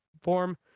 form